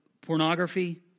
pornography